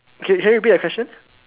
can can you repeat the question